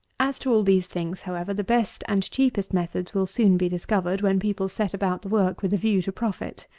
as to all these things, however, the best and cheapest methods will soon be discovered when people set about the work with a view to profit.